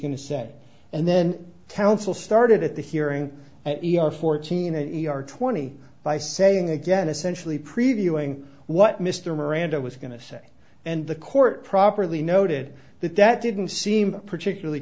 going to say and then counsel started at the hearing at fourteen and twenty by saying again essentially previewing what mr miranda was going to say and the court properly noted that that didn't seem particularly